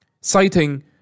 citing